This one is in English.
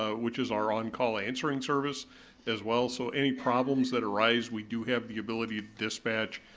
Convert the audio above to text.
ah which is our on call answering service as well, so any problems that arise, we do have the ability to dispatch,